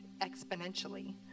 exponentially